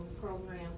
program